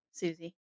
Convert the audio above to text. Susie